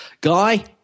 Guy